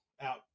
out